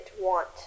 want